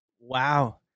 Wow